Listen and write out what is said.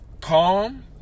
calm